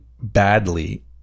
badly